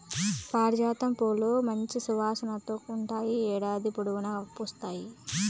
పారిజాతం పూలు మంచి సువాసనతో ఉంటాయి, ఏడాది పొడవునా పూస్తాయి